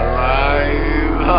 Alive